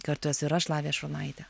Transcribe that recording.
kartu esu ir aš lavija šurnaitė